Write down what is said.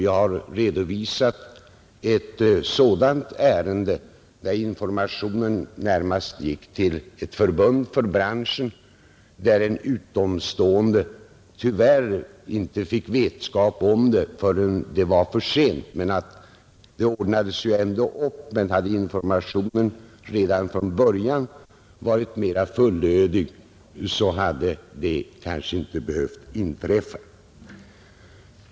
Vi har redovisat ett sådant ärende, där informationen närmast gick till ett branschförbund men där en utomstående tyvärr inte fick del av den förrän det var för sent. Frågan ordnades ändå upp, men om informationen redan från början varit mera fullödig, hade något sådant kanske inte behövt inträffa.